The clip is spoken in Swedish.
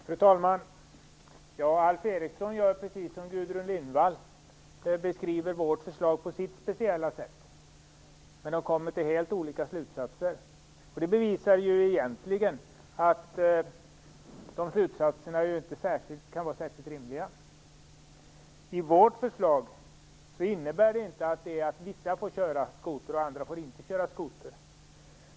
Fru talman! Alf Eriksson gör precis som Gudrun Lindvall. De beskriver vårt förslag var och en på sitt speciella sätt. Men de kommer till helt olika slutsatser. Det bevisar att dessa slutsatser inte kan vara särskilt rimliga. Vårt förslag innebär inte att vissa får köra skoter medan andra inte får göra det.